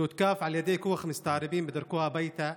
שהותקף על ידי כוח מסתערבים בדרכו הביתה,